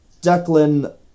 Declan